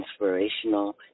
inspirational